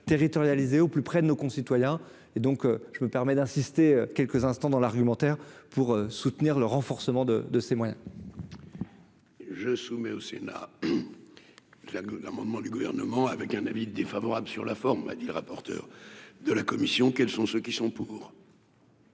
territorialisée au plus près de nos concitoyens et donc je me permets d'insister quelques instants dans l'argumentaire pour soutenir le renforcement de de ses moyens. Je soumets au Sénat, c'est là que l'amendement du gouvernement avec un avis défavorable sur la forme, a dit le rapporteur de la commission, quels sont ceux qui sont pour.